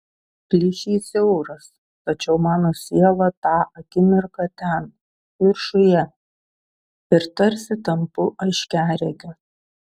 plyšys siauras tačiau mano siela tą akimirką ten viršuje ir tarsi tampu aiškiaregiu